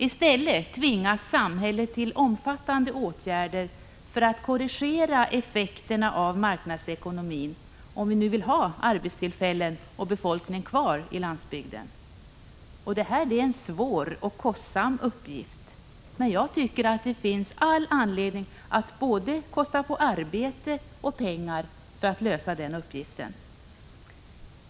I stället tvingas samhället till omfattande åtgärder för att korrigera effekterna av marknadsekonomin, om vi nu vill ha arbetstillfällen och befolkning kvar på landsbygden. Detta är en svår och kostsam uppgift, men det finns all anledning att kosta på både arbete och pengar för att lösa den uppgiften.